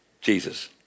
jesus